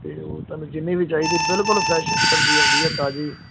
ਅਤੇ ਉਹ ਤੁਹਾਨੂੰ ਜਿੰਨੀ ਵੀ ਚਾਹੀਦੀ ਬਿਲਕੁਲ ਫਰੈਸ਼ ਸਬਜ਼ੀ ਆਉਂਦੀ ਹੈ ਤਾਜ਼ੀ